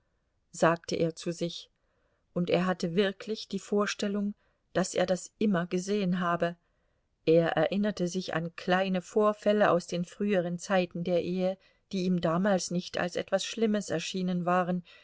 sagte er zu sich und er hatte wirklich die vorstellung daß er das immer gesehen habe er erinnerte sich an kleine vorfälle aus den früheren zeiten der ehe die ihm damals nicht als etwas schlimmes erschienen waren